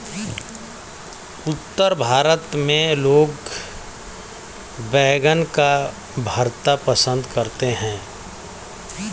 उत्तर भारत में लोग बैंगन का भरता पंसद करते हैं